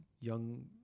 young